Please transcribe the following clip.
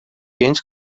genç